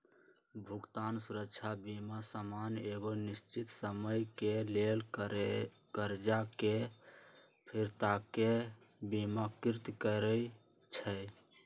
भुगतान सुरक्षा बीमा सामान्य एगो निश्चित समय के लेल करजा के फिरताके बिमाकृत करइ छइ